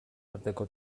arteko